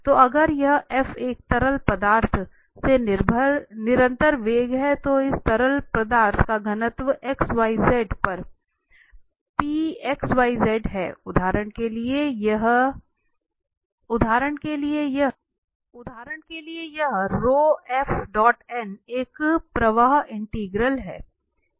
तो अगर यह एक तरल पदार्थ से भरा निरंतर वेग है तो इस तरल पदार्थ का घनत्व xyzपर है उदाहरण के लिए यहां एक प्रवाह इंटीग्रल है